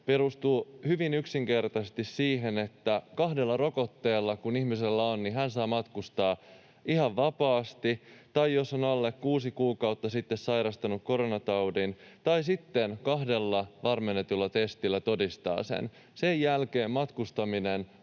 perustuu hyvin yksinkertaisesti siihen, että kun ihmisellä on kaksi rokotetta, niin hän saa matkustaa ihan vapaasti, tai jos on alle kuusi kuukautta sitten sairastanut koronataudin tai kahdella varmennetulla testillä todistaa sen. Sen jälkeen matkustaminen